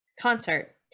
concert